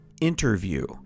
interview